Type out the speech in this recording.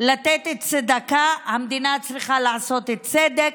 במקום לתת צדקה המדינה צריכה לעשות צדק,